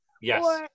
yes